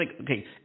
Okay